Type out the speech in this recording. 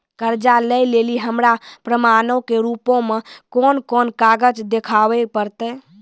कर्जा लै लेली हमरा प्रमाणो के रूपो मे कोन कोन कागज देखाबै पड़तै?